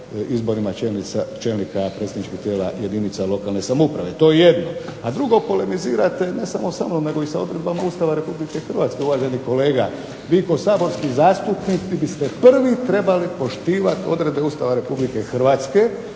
izborima čelnika predstavničkih tijela jedinica lokalne samouprave. To je jedno. A drugo, polemizirate ne samo sa mnom nego i sa odredbama Ustava RH, uvaženi kolega. Vi kao saborski zastupnik vi biste prvi trebali poštivati odredbe Ustava RH pa vas